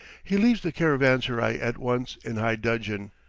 he leaves the caravanserai at once in high dudgeon.